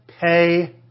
pay